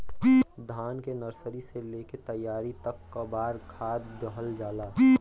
धान के नर्सरी से लेके तैयारी तक कौ बार खाद दहल जाला?